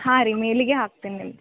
ಹಾಂ ರೀ ಮೇಲಿಗೆ ಹಾಕ್ತೀನಿ ನಿಮ್ದು